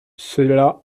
cela